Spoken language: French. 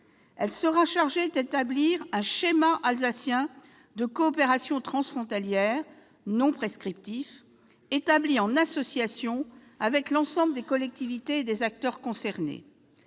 également chargée d'établir un schéma alsacien de coopération transfrontalière, non prescriptif, en association avec l'ensemble des collectivités et des acteurs concernés.